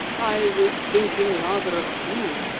i was thinking rather of you,